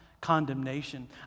condemnation